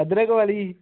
ਅਦਰਕ ਵਾਲੀ